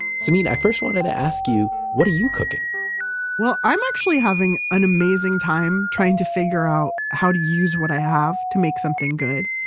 samin i first wanted to ask you what are you cooking well, i'm actually having an amazing time trying to figure out how to use what i have to make something good.